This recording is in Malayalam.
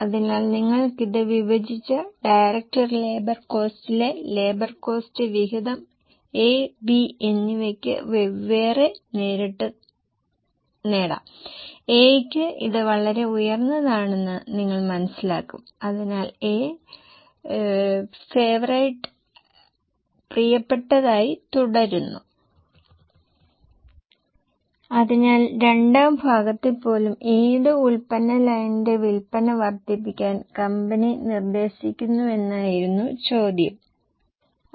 അതിനാൽ അസംസ്കൃത വസ്തുക്കളുടെ വിലയും 10 മുതൽ 12 ശതമാനം വരെ വർദ്ധിക്കാൻ പോകുന്നു ഇത് ഒരു ശുഭപ്രതീക്ഷയാണ് ഞങ്ങൾ 15 ശതമാനം വളർച്ച പരിഗണിക്കാൻ പോകുന്നു അത് വോളിയത്തിന്റെ വളർച്ചയാണ് അത് ഉയർന്ന വശമാണ് എന്നാൽ വിലയുടെ താഴ്ന്ന വശത്തിന്റെ വളർച്ച അസംസ്കൃത വസ്തുക്കളുടെ വിലയാണ്